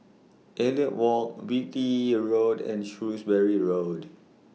Elliot Walk Beatty Road and Shrewsbury Road